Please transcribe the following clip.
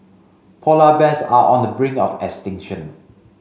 polar bears are on the brink of extinction